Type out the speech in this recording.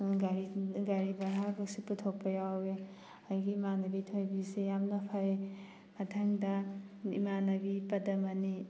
ꯒꯥꯔꯤ ꯒꯥꯔꯤ ꯕꯔꯥꯒꯁꯨ ꯄꯨꯊꯣꯛꯄ ꯌꯥꯎꯋꯦ ꯑꯩꯒꯤ ꯏꯃꯥꯟꯅꯕꯤ ꯊꯣꯏꯕꯤꯁꯦ ꯌꯥꯝꯅ ꯐꯩ ꯃꯊꯪꯗ ꯏꯃꯥꯟꯅꯕꯤ ꯄꯗꯃꯅꯤ